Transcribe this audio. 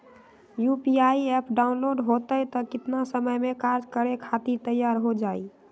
UPI app download होई त कितना समय मे कार्य करे खातीर तैयार हो जाई?